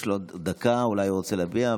יש לו עוד דקה, אולי הוא רוצה להגיד משהו.